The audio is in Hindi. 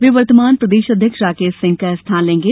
वे वर्तमान प्रदेश अध्यक्ष राकेश सिंह का स्थान लेंगे